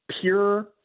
pure